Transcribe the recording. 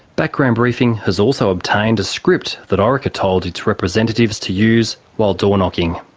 background briefing has also obtained a script that orica told its representatives to use while doorknocking.